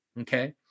Okay